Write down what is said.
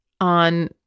on